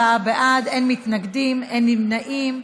84 בעד, אין מתנגדים, אין נמנעים.